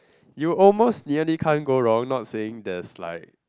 you almost nearly can't go wrong not saying there's like